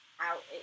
out